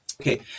Okay